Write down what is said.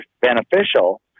beneficial